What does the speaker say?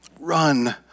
run